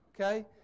Okay